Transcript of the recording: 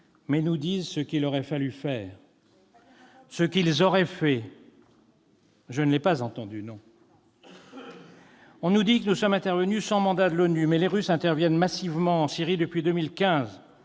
mais nous disent ce qu'il aurait fallu faire, ce qu'ils auraient fait. Vous n'avez pas bien entendu ! Je ne l'ai pas entendu ! On nous dit que nous sommes intervenus sans mandat de l'ONU. Mais les Russes interviennent massivement en Syrie depuis 2015,